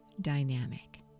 dynamic